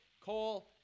Cole